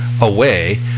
away